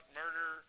murder